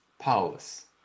Paulus